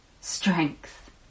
strength